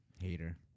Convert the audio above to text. hater